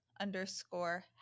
underscore